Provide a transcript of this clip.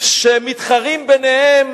שמתחרים ביניהם